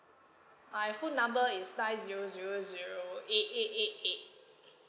my phone number is nine zero zero zero eight eight eight eight